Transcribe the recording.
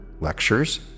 lectures